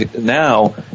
now